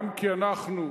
גם כי אנחנו,